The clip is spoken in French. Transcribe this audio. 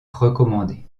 recommandé